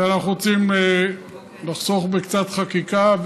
ואנחנו רוצים לחסוך קצת בחקיקה.